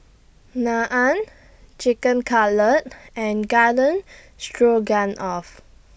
Naan Chicken Cutlet and Garden Stroganoff